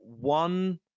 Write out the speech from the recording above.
one